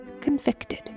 convicted